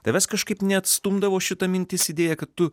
tavęs kažkaip neatstumdavo šita mintis idėja kad tu